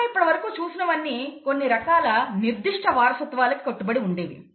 మనం ఇప్పటివరకు చూసినవన్నీ కొన్ని రకాల నిర్దిష్ట వారసత్వలకి కట్టుబడి ఉండేవి